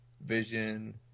Vision